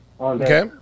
Okay